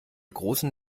großen